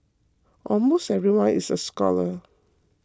almost everyone is a scholar